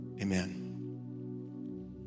Amen